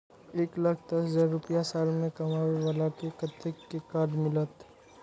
एक लाख दस हजार रुपया साल में कमाबै बाला के कतेक के कार्ड मिलत?